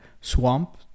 Swamp